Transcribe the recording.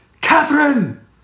Catherine